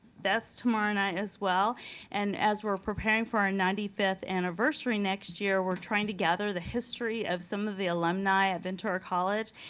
that's tomorrow night as well. and as we're preparing for our ninety fifth anniversary next year, we're trying to gather the history of some of the alumni of ventura college.